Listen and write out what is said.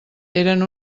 eren